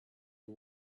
you